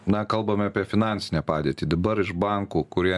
na kalbame apie finansinę padėtį dabar iš bankų kurie